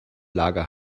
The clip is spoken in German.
lager